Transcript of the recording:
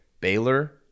Baylor